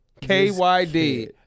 K-Y-D